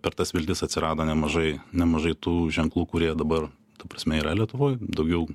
per tas viltis atsirado nemažai nemažai tų ženklų kurie dabar ta prasme yra lietuvoj daugiau